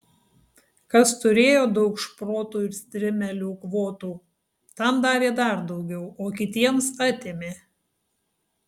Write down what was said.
kas turėjo daug šprotų ir strimelių kvotų tam davė dar daugiau o kitiems atėmė